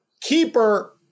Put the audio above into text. Keeper